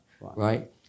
right